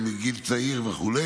אם בגיל צעיר וכו'.